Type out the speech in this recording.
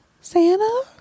Santa